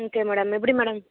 okay madam எப்படி madam